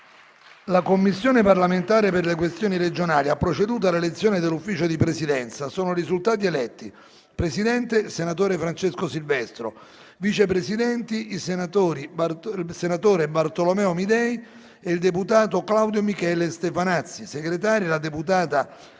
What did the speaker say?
La Commissione parlamentare per le questioni regionali ha proceduto all'elezione dell'Ufficio di Presidenza. Sono risultati eletti: Presidente: senatore Francesco Silvestro; Vice Presidenti: senatore Bartolomeo Amidei e deputato Claudio Michele Stefanazzi; Segretari: deputata